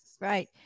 Right